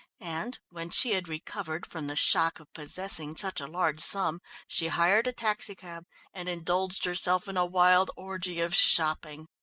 and when she had recovered from the shock of possessing such a large sum, she hired a taxicab and indulged herself in a wild orgy of shopping.